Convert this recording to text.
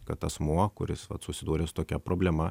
kad asmuo kuris vat susidūrė su tokia problema